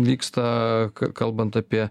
vyksta kalbant apie